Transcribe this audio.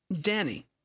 Danny